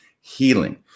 healing